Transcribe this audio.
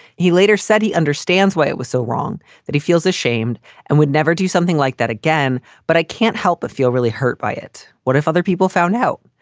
he later said he understands why it was so wrong that he feels ashamed and would never do something like that again. but i can't help it feel really hurt by it. what if other people found out?